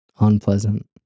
unpleasant